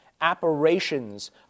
apparitions